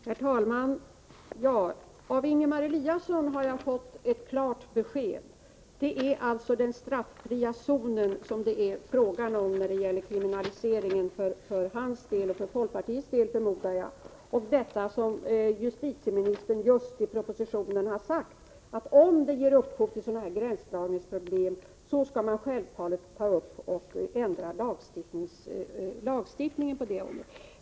Herr talman! Av Ingemar Eliasson har jag fått ett klart besked: det är alltså den straffria zonen det är fråga om för hans och folkpartiets del när det gäller kriminaliseringen. Justitieministern har sagt i propositionen att om lagstiftningen ger upphov till gränsdragningsproblem skall man självfallet ändra den.